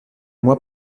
mois